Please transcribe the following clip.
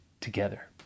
together